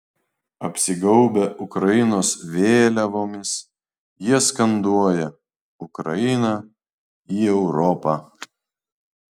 apsigaubę ukrainos vėliavomis jie skanduoja ukrainą į europą